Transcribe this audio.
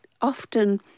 often